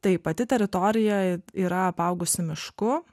tai pati teritorija yra apaugusi mišku